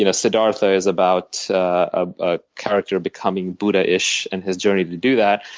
you know siddhartha is about a character becoming buddha-ish and his journey to do that.